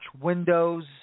windows